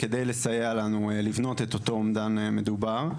כדי לסייע לנו לבנות את אותו אומדן מדובר.